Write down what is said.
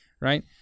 right